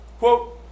Quote